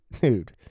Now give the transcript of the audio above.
dude